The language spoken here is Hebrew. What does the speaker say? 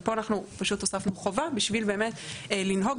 ופה אנחנו פשוט הוספנו חובה בשביל באמת לנהוג